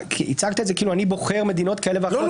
הצגת את זה כאילו אני בוחר מדינות כאלה ואחרות.